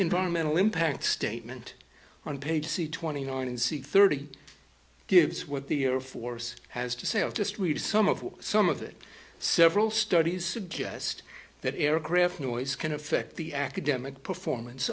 environmental impact statement on page twenty nine and c thirty gives what the air force has to say i've just read some of some of it several studies suggest that aircraft noise can affect the academic performance